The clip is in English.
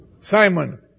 Simon